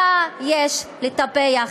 אותה יש לטפח.